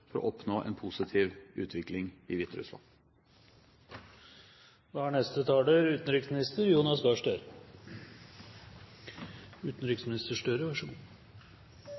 for å oppnå en positiv utvikling i